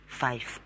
five